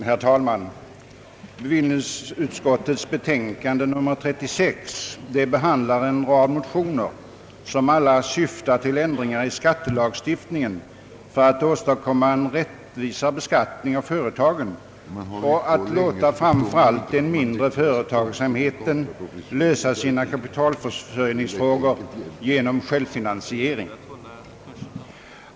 Herr talman! Bevillningsutskottets betänkande nr 36 behandlar en rad motioner, som alla syftar till ändringar i skattelagstiftningen för att åstadkomma en rättvisare beskattning av företagen samt underlätta för framför allt den mindre företagsamheten att lösa sina kapitalförsörjningsproblem genom självfinansiering.